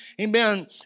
Amen